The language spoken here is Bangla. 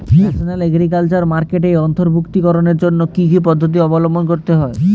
ন্যাশনাল এগ্রিকালচার মার্কেটে অন্তর্ভুক্তিকরণের জন্য কি কি পদ্ধতি অবলম্বন করতে হয়?